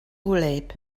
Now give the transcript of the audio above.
wlyb